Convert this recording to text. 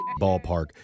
Ballpark